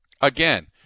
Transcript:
Again